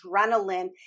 adrenaline